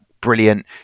Brilliant